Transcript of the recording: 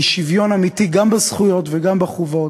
אל שוויון אמיתי גם בזכויות וגם בחובות,